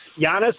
Giannis